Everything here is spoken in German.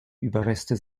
überreste